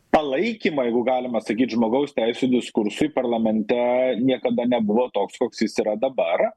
palaikymą jeigu galima sakyt žmogaus teisių diskursui parlamente niekada nebuvo toks koks jis yra dabar